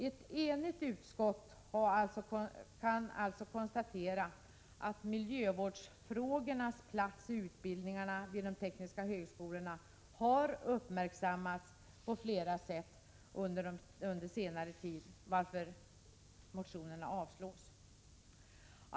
Ett enigt utskott kan alltså konstatera att miljövårdsfrågornas plats i utbildningarna vid de tekniska högskolorna har uppmärksammats på flera sätt under senare tid, varför motionerna avstyrks.